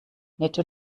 netto